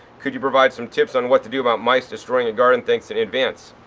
could you provide some tips on what to do about mice destroying a garden? thanks in advance.